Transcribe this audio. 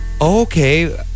okay